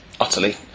utterly